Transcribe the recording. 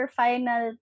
final